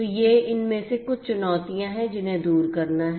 तो ये इनमें से कुछ चुनौतियां हैं जिन्हें दूर करना है